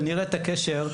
ונראה את הקשר.